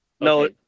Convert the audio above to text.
no